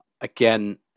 Again